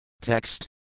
Text